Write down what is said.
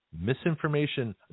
Misinformation